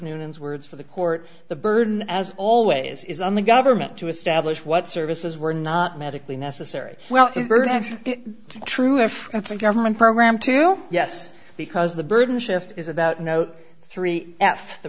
noonan's words for the court the burden as always is on the government to establish what services were not medically necessary well true if that's a government program to yes because the burden shift is about no three f the